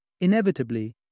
Inevitably